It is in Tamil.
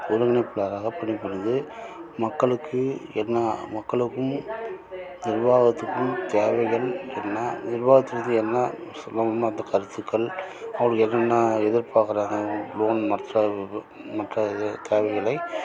ஒருங்கிணைப்பாளராக பணிபுரிந்து மக்களுக்கு என்ன மக்களுக்கும் நிர்வாகத்துக்கும் தேவைகள் என்ன நிர்வாகத்திலிருந்து என்ன சுலபமான கருத்துக்கள் அவர்கள் என்னென்ன எதிர்பார்க்கிறாங்க லோன் மற்ற மற்ற இது தேவைகளை